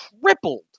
tripled